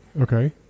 okay